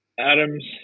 Adams